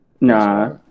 Nah